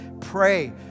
pray